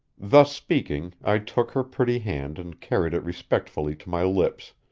thus speaking i took her pretty hand and carried it respectfully to my lips,